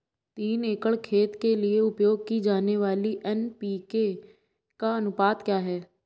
तीन एकड़ खेत के लिए उपयोग की जाने वाली एन.पी.के का अनुपात क्या है?